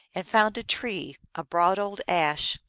and found a tree, a broad old ash,